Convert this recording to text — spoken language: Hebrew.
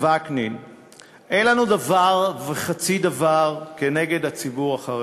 very very much.